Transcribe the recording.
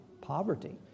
poverty